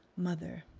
mother.